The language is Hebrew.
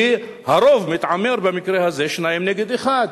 כי הרוב מתעמר, במקרה הזה, שניים נגד אחד.